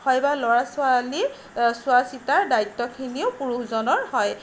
বা ল'ৰা ছোৱালীৰ চোৱা চিতাৰ দায়িত্বখিনিও পুৰুষজনৰ হয়